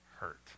hurt